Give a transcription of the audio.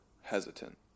hesitant